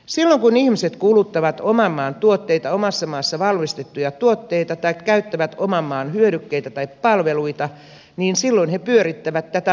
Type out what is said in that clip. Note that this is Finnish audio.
silloin kun ihmiset kuluttavat oman maan tuotteita omassa maassa valmistettuja tuotteita tai käyttävät oman maan hyödykkeitä tai palveluita he pyörittävät tätä maata